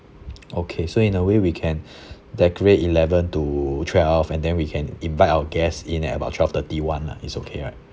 okay so in a way we can decorate eleven to twelve and then we can invite our guests in about twelve thirty one ah it's okay right